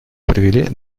провели